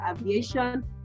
aviation